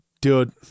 Dude